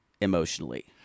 emotionally